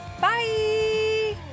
bye